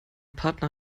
partner